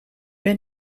ben